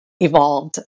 evolved